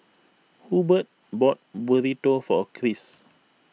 Hubbard bought Burrito for Kris